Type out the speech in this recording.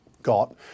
Got